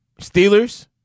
Steelers